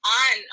on